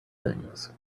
things